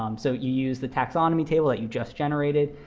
um so you use the taxonomy table that you just generated,